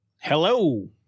Hello